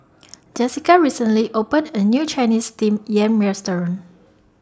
Jessika recently opened A New Chinese Steamed Yam Restaurant